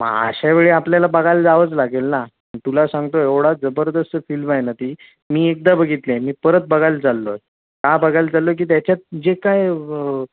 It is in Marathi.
मग अशा वेळी आपल्याला बघायला जावंच लागेल ना तुला सांगतो एवढा जबरदस्त फिल्म आहे ना ती मी एकदा बघितली आहे मी परत बघायला चाललो आहे का बघायला चाललो आहे की त्याच्यात जे काय